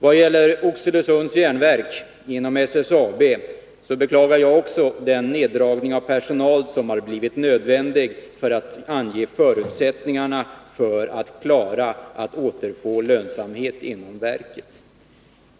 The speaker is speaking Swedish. Vad gäller Oxelösunds Järnverk inom SSAB, så beklagar också jag den neddragning av personal som har blivit nödvändig för att ange förutsättningarna för att klara av att återfå lönsamhet inom verket.